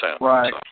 Right